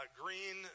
green